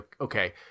okay